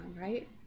right